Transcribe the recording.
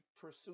pursue